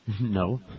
No